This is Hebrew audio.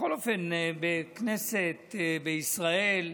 בכל אופן, בכנסת, בישראל,